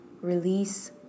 Release